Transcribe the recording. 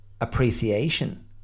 appreciation